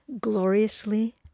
gloriously